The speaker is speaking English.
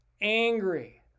angry